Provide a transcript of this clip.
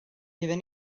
hufen